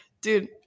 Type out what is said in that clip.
Dude